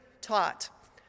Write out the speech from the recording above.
taught